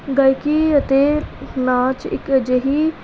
ਗਾਇਕੀ ਅਤੇ ਨਾਚ ਇੱਕ ਅਜਿਹੀ